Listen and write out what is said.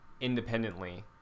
independently